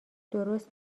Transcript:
درست